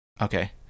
okay